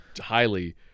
highly